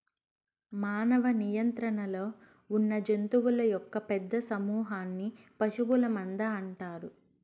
మానవ నియంత్రణలో ఉన్నజంతువుల యొక్క పెద్ద సమూహన్ని పశువుల మంద అంటారు